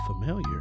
familiar